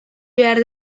behar